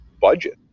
budget